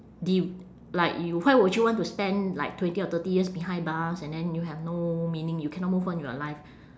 d~ like you why would you want to spend like twenty or thirty years behind bars and then you have no meaning you cannot move on with your life